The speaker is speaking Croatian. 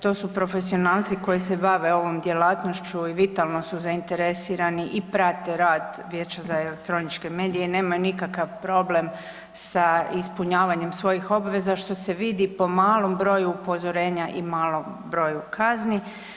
To su profesionalci koji se bave ovom djelatnošću i vitalno su zainteresirani i prate rad Vijeća za elektroničke medije, nemaju nikakav problem sa ispunjavanjem svojih obveza što se vidi po malom broju upozorenja i malom broju kazni.